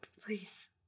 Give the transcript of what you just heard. please